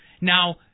Now